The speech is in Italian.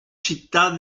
città